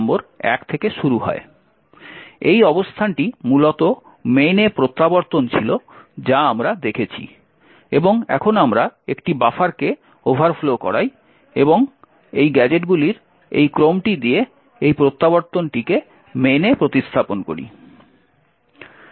এই অবস্থানটি মূলত main এ প্রত্যাবর্তন ছিল যা আমরা দেখেছি এবং এখন আমরা একটি বাফারকে ওভারফ্লো করাই এবং এই গ্যাজেটগুলির এই ক্রমটি দিয়ে এই প্রত্যাবর্তনটিকে main এ প্রতিস্থাপন করি